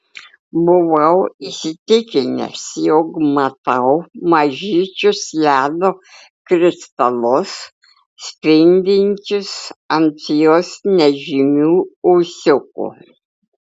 buvau įsitikinęs jog matau mažyčius ledo kristalus spindinčius ant jos nežymių ūsiukų